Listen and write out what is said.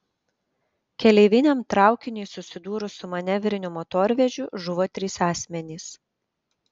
keleiviniam traukiniui susidūrus su manevriniu motorvežiu žuvo trys asmenys